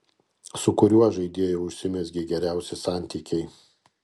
su kuriuo žaidėju užsimezgė geriausi santykiai